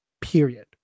period